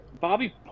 Bobby